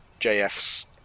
jf's